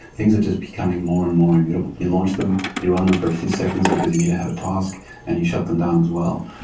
things are just becoming more and more immutable. you launch them, you run them for a few seconds because you need to have a task and you shut them down as well.